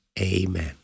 Amen